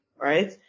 right